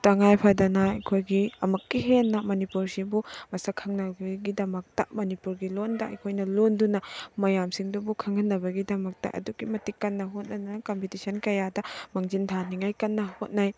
ꯇꯉꯥꯏ ꯐꯗꯅ ꯑꯃꯨꯛꯀ ꯍꯦꯟꯅ ꯃꯅꯤꯄꯨꯔꯁꯤꯕꯨ ꯃꯁꯛ ꯈꯪꯅꯕꯒꯤꯗꯃꯛꯇ ꯃꯅꯤꯄꯨꯔꯒꯤ ꯂꯣꯜꯗ ꯑꯩꯈꯣꯏꯅ ꯂꯣꯟꯗꯨꯅ ꯃ꯭ꯌꯥꯝꯁꯤꯡꯗꯨꯕꯨ ꯈꯪꯍꯟꯅꯕꯒꯤꯗꯃꯛꯇ ꯑꯗꯨꯛꯀꯤ ꯃꯇꯤꯛ ꯀꯟꯅ ꯍꯣꯠꯅꯗꯨꯅ ꯀꯝꯄꯤꯇꯤꯁꯟ ꯀꯌꯥꯗ ꯃꯥꯡꯖꯤꯟ ꯊꯥꯅꯤꯡꯉꯥꯏ ꯀꯟꯅ ꯍꯣꯠꯅꯩ